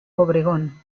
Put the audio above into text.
obregón